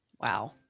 Wow